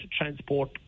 transport